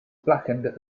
blackened